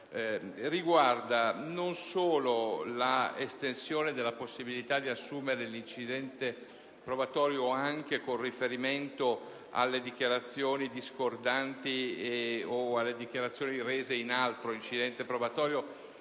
riguarda l'estensione della possibilità di assumere l'incidente probatorio anche con riferimento alle dichiarazioni discordanti o alle dichiarazioni rese in altro incidente probatorio,